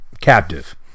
captive